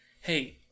Hey